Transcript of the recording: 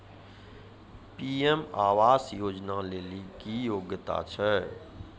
PM आवास योजना लेली की योग्यता छै?